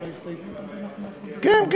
גם היישובים הערביים, 30% 40% כן ייהנו.